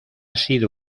sido